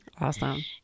Awesome